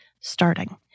starting